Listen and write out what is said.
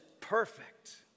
perfect